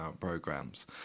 programs